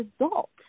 result